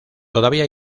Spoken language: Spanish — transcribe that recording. todavía